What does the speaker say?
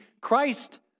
Christ